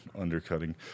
undercutting